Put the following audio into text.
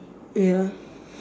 ya